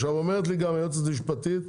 אומרת לי גם היועצת המשפטית,